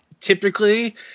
typically